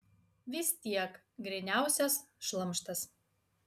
vis tiek gryniausias šlamštas